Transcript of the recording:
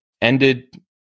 ended